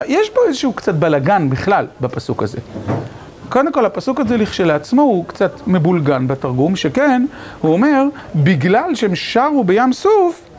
יש פה איזשהו קצת בלגן בכלל בפסוק הזה, קודם כל הפסוק הזה שלעצמו הוא קצת מבולגן בתרגום שכן הוא אומר בגלל שהם שרו בים סוף